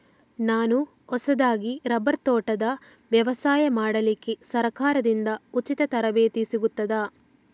ನಾನು ಹೊಸದಾಗಿ ರಬ್ಬರ್ ತೋಟದ ವ್ಯವಸಾಯ ಮಾಡಲಿಕ್ಕೆ ಸರಕಾರದಿಂದ ಉಚಿತ ತರಬೇತಿ ಸಿಗುತ್ತದಾ?